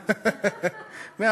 חוץ ממך, כולנו.